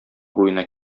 буена